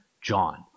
John